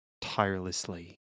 tirelessly